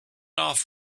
off